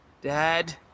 Dad